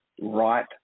right